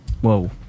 Whoa